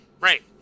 Right